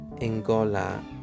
Angola